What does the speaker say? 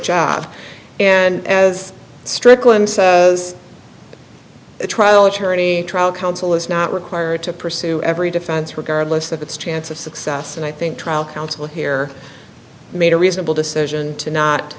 job and as as strickland a trial attorney a trial counsel is not required to pursue every defense regardless of its chance of success and i think trial counsel here made a reasonable decision to not